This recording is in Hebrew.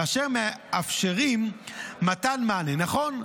ואשר מאפשרים מתן מענה נכון,